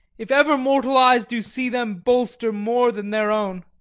if ever mortal eyes do see them bolster more than their own!